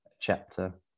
chapter